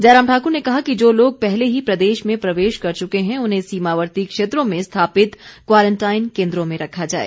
जयराम ठाकुर ने कहा कि जो लोग पहले ही प्रदेश में प्रवेश कर चुके हैं उन्हें सीमावर्ती क्षेत्रों में स्थापित क्वारंटाइन केन्द्रो में रखा जाए